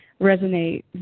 resonate